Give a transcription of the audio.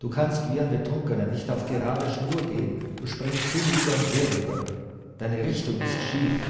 du kannst wie ein betrunkener nicht auf gerader schnur gehen du springst hinüber und herüber deine richtung ist schief